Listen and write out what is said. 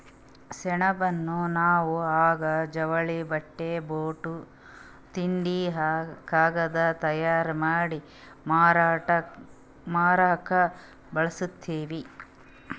ಸೆಣಬನ್ನ ನಾವ್ ಹಗ್ಗಾ ಜವಳಿ ಬಟ್ಟಿ ಬೂಟ್ ತಿಂಡಿ ಕಾಗದ್ ತಯಾರ್ ಮಾಡಿ ಮಾರಕ್ ಬಳಸ್ತೀವಿ